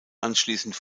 anschließend